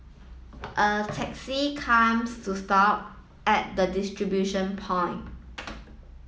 a taxi comes to stop at the distribution point